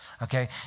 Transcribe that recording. Okay